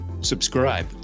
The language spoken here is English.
Subscribe